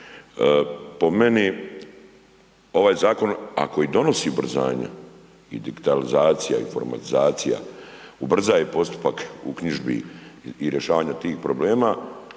Po meni ovaj zakon ako i donosi ubrzanja i digitalizacija i informatizacija, ubrzava postupak uknjižbi i rješavanja tih problema,